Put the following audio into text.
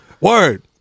Word